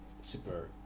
super